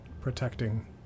protecting